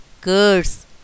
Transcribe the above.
curse